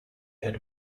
had